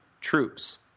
troops